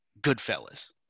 Goodfellas